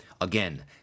Again